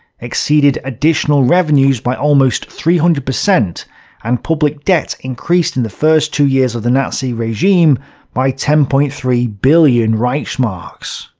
exceeding additional revenues by almost three hundred percent and public debt increased in the first two years of the nazi regime by ten point three billion reichsmarks.